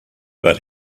but